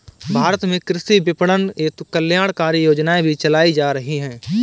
भारत में कृषि विपणन हेतु कल्याणकारी योजनाएं भी चलाई जा रही हैं